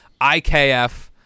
IKF –